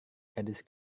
gadis